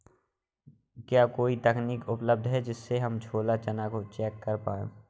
क्या कोई तकनीक उपलब्ध है जिससे हम छोला चना को चेक कर पाए?